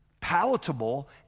palatable